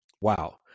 Wow